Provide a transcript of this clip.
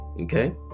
okay